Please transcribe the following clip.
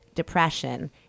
Depression